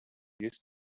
used